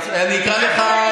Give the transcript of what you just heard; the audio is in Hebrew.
אני אקרא לך,